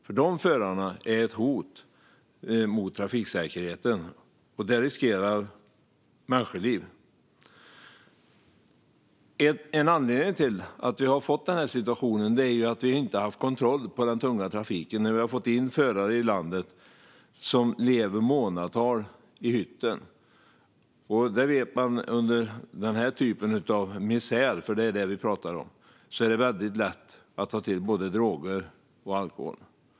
Dessa förare är nämligen ett hot mot trafiksäkerheten och riskerar människoliv. En anledning till att vi har denna situation är att vi inte har kontroll på den tunga trafiken. Vi har fått in förare i landet som lever flera månader i hytten, och i denna typ av misär, för det är det vi pratar om, är det lätt att ta till droger och alkohol.